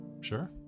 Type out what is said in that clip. sure